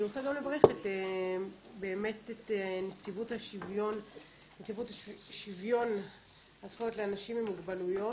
אני רוצה גם לברך באמת את נציבות שוויון הזכויות לאנשים עם מוגבלויות.